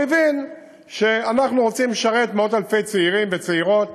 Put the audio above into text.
הוא הבין שאנחנו רוצים לשרת מאות-אלפי צעירים וצעירות,